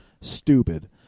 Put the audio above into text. stupid